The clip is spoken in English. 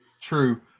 True